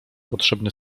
potrzebny